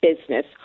business